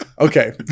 Okay